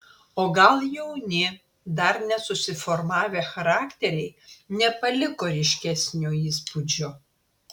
o gal jauni dar nesusiformavę charakteriai nepaliko ryškesnio įspūdžio